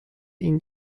این